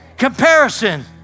comparison